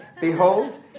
Behold